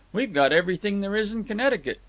we've got everything there is in connecticut!